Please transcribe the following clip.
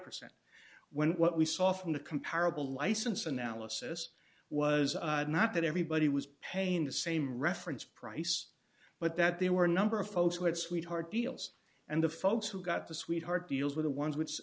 percent when what we saw from the comparable license analysis was not that everybody was paying the same reference price but that there were a number of folks who had sweetheart deals and the folks who got the sweetheart deals with the ones which